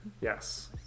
yes